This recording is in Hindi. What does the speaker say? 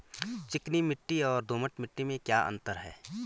चिकनी मिट्टी और दोमट मिट्टी में क्या अंतर है?